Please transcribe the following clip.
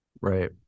right